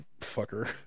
fucker